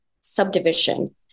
subdivision